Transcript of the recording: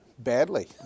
Badly